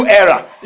era